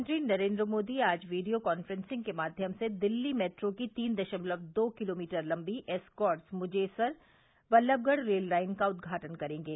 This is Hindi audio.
प्रधानमंत्री नरेन्द्र मोदी आज वीडियो कॉन्फ्रेंसिंग के माध्यम से दिल्ली मेट्रो की तीन दशमलव दो किलोमीटर लंबी Escorts Mujesar Ballabhgarh rail line का उद्घाटन करेंगे